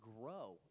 grow